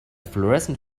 florescent